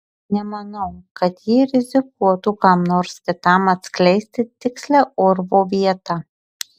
nemanau kad ji rizikuotų kam nors kitam atskleisti tikslią urvo vietą